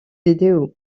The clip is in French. vidéo